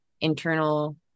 internal